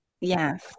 Yes